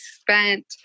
spent